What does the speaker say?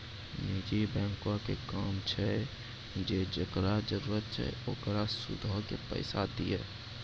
निजी बैंको के काम छै जे जेकरा जरुरत छै ओकरा सूदो पे पैसा दिये